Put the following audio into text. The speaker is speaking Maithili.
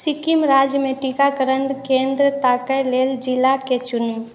सिक्किम राज्यमे टीकाकरण केंद्र ताकय लेल जिलाकेँ चुनु